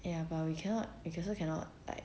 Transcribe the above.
ya but we cannot we also cannot like